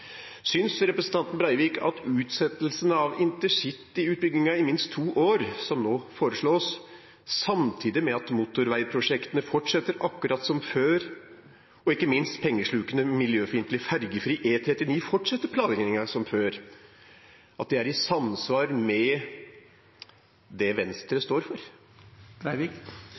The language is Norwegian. Synes representanten Breivik at utsettelsen av InterCity-utbyggingen i minst to år, som nå foreslås, samtidig med at motorveiprosjektene fortsetter akkurat som før – ikke minst fortsetter planleggingen av pengeslukende, miljøfiendtlige ferjefri E39 som før – er i samsvar med det Venstre står for?